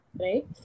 Right